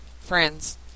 friends